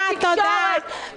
בתקשורת,